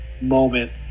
moment